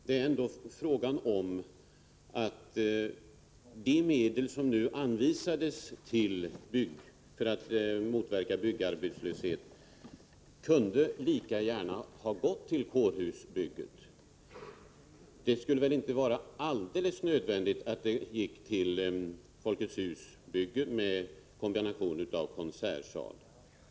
De medel som anvisats för att motverka byggarbetslöshet kunde emellertid lika gärna ha gått till kårhusbygget. Det var väl inte alldeles nödvändigt att de skulle gå till ett Folkets hus-bygge i kombination med konsertsal.